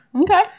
Okay